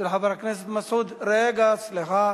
של חבר הכנסת מסעוד גנאים, רגע, סליחה,